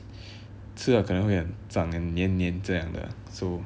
吃了可能会脏 and 粘粘这样的 so